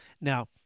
Now